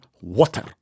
water